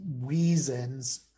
reasons